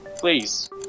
please